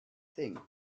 thing